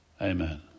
Amen